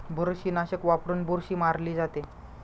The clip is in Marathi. बुरशीनाशक वापरून बुरशी मारली जाते